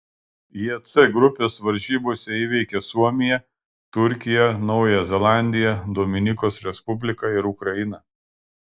jie c grupės varžybose įveikė suomiją turkiją naująją zelandiją dominikos respubliką ir ukrainą